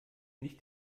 nicht